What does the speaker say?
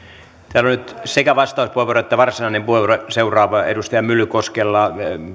on nyt sekä vastauspuheenvuoro että varsinainen puheenvuoro seuraavaksi edustaja myllykoskella